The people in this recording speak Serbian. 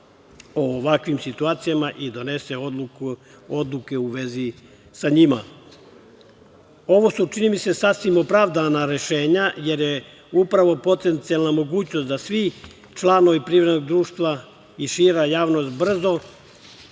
o ovakvim situacijama i donese odluke u vezi sa njima. Ovo su, čini mi se sasvim opravdana rešenja, jer je upravo potencijalna mogućnost da svi članovi privrednog društva i šira javnost brzo